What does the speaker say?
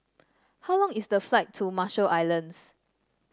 how long is the flight to Marshall Islands